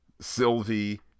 sylvie